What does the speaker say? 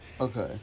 Okay